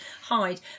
hide